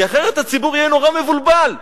כי אחרת הציבור יהיה מבולבל נורא,